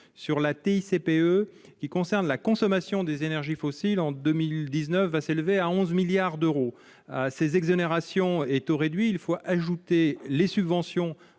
sur la TICPE qui concerne la consommation des énergies fossiles, en 2019 va s'élever à 11 milliards d'euros à ces exonérations et taux réduit, il faut ajouter les subventions